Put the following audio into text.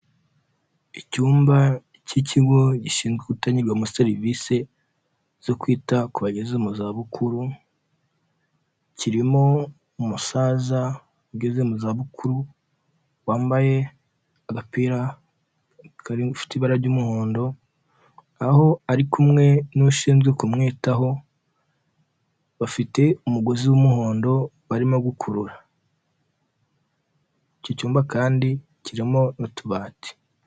Icyumba cy'ikigo gishinzwe gutangirwamo serivisi zo kwita ku bageze mu za bukuru, kirimo umusaza ugeze mu za bukuru wambaye agapira karifite ibara ry'umuhondo aho ari kumwe n'ushinzwe kumwitaho bafite umugozi w'umuhondo barimo gukurura, icyo cyumba kandi kirimo n'utubati.